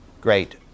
great